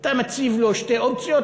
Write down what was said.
אתה מציב לו שתי אופציות,